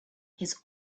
his